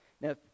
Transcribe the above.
now